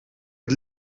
het